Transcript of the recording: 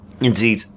Indeed